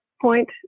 point